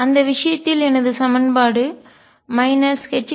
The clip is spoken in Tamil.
அந்த விஷயத்தில் எனது சமன்பாடு 22mu Ze24π0ruEu